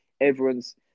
everyone's